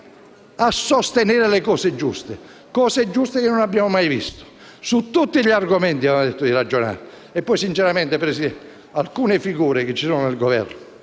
a sostenere le cose giuste, che finora non abbiamo visto: su tutti gli argomenti siamo disposti a ragionare. Poi sinceramente, Presidente, alcune figure che ci sono nel Governo